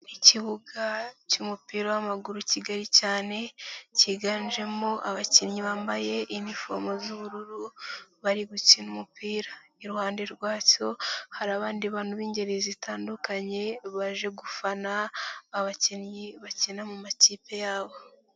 Ikibuga cy'umupira w'amaguru kigari cyane cyiganjemo abakinnyi bambaye inifomo z'ubururu bari gukina umupira, iruhande rwacyo hari abandi bantu b'ingeri zitandukanye baje gufana abakinnyi bakina mu makipe yabo.